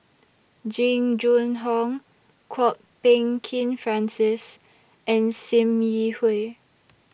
Jing Jun Hong Kwok Peng Kin Francis and SIM Yi Hui